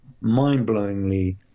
mind-blowingly